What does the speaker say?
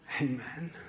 Amen